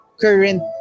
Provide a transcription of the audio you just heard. current